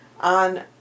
on